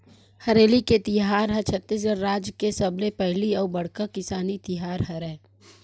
हरेली के तिहार ह छत्तीसगढ़ राज के सबले पहिली अउ बड़का किसानी तिहार हरय